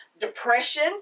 depression